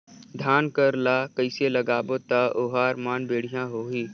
धान कर ला कइसे लगाबो ता ओहार मान बेडिया होही?